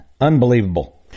Unbelievable